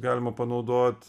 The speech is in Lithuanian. galima panaudot